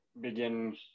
begin